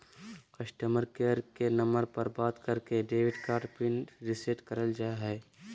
customer care के number पर बात करके डेबिट कार्ड पिन रीसेट करल जा हय